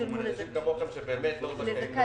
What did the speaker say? אנשים כמוך שלא זכאים,